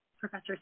Professor